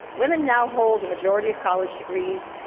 women now hold a majority of college degrees,